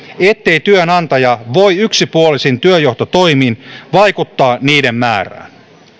ettei työnantaja voi yksipuolisin työnjohtotoimin vaikuttaa niiden määrään